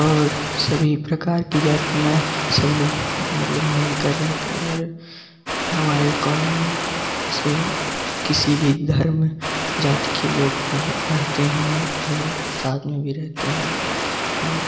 और सभी प्रकार की जातियाँ सभी लोग मतलब मिल कर रहते है और हमारे कॉलेज में जिसमें किसी भी धर्म जाति के लोग मतलब पढ़ते हैं और साथ में भी रहते हैं और